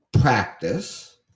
practice